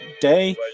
day